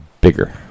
bigger